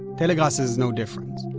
telegrass is no different.